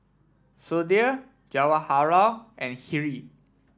Sudhir Jawaharlal and Hri